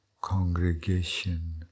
congregation